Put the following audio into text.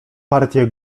partie